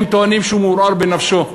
הם טוענים שהוא מעורער בנפשו.